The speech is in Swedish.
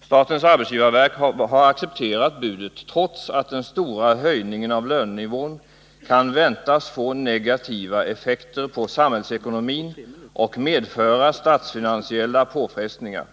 Statens arbetsgivarverk har accepterat budet trots att den stora höjningen av lönenivån kan väntas få negativa effekter på samhällsekonomin och medföra statsfinansiella påfrestningar.